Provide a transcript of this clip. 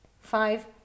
Five